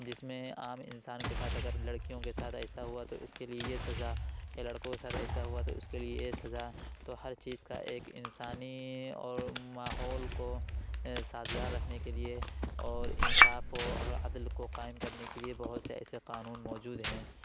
جس میں عام انسان کے ساتھ اگر لڑکیوں کے ساتھ ایسا ہوا تو اس کے لیے یہ سزا یا لڑکوں کے ساتھ ایسا ہوا تو اس کے لیے یہ سزا تو ہر چیز کا ایک انسانی اور ماحول کو سازگار رکھنے کے لیے اور انصاف و عدل کو قائم کرنے کے لیے بہت سے ایسے قانون موجود ہیں